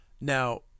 Now